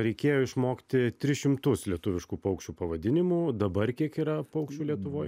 reikėjo išmokti tris šimtus lietuviškų paukščių pavadinimų dabar kiek yra paukščiųlietuvoj